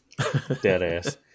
Deadass